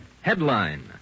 Headline